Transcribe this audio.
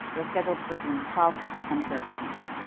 they are scheduled for june twelve and thirteenth.